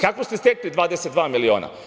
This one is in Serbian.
Kako ste stekli 22 miliona?